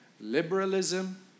Liberalism